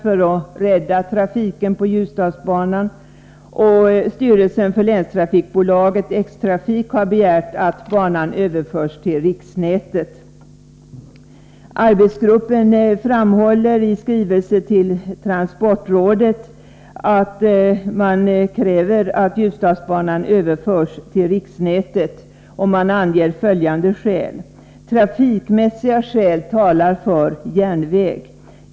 Följande skäl anges: Trafikmässiga skäl talar för järnvägen.